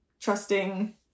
trusting